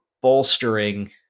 bolstering